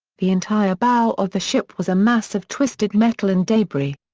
the entire bow of the ship was a mass of twisted metal and debris.